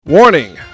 Warning